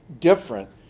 different